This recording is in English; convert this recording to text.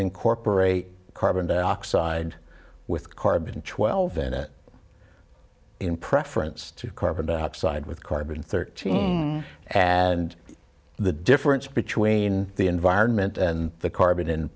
incorporate carbon dioxide with carbon twelve innit in preference to carbon dioxide with carbon thirteen and the difference between the environment and the carbon in